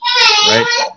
right